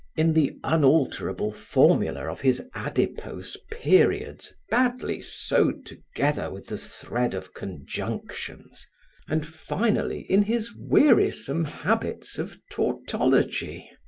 in the unalterable formula of his adipose periods badly sewed together with the thread of conjunctions and, finally, in his wearisome habits of tautology.